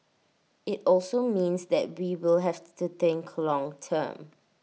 IT also means that we will have to think long term